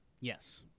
Yes